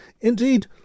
indeed